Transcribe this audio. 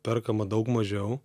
perkama daug mažiau